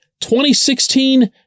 2016